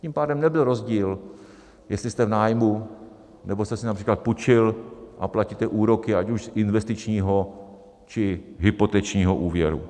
Tím pádem nebyl rozdíl, jestli jste v nájmu, nebo jste si například půjčil a platíte úroky, ať už z investičního, či hypotečního úvěru.